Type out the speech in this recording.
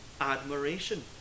admiration